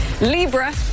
Libra